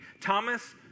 Thomas